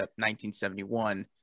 1971